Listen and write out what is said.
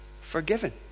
forgiven